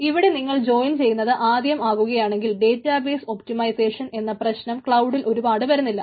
ഇവിടെ നിങ്ങൾ ജോയിൻ ചെയ്യുന്നത് ആദ്യം ആകുകയാണെങ്കിൽ ഡേറ്റാബേസ് ഒപ്റ്റിമൈസേഷൻ എന്ന പ്രശ്നം ക്ലൌഡിൽ ഒരുപാട് വരുന്നില്ല